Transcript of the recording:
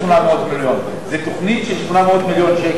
800 מיליון.